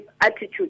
attitude